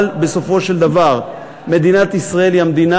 אבל בסופו של דבר מדינת ישראל היא המדינה